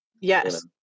yes